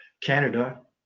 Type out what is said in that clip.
Canada